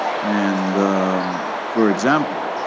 and for example,